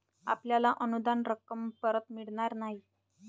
आपल्याला अनुदान रक्कम परत मिळणार नाही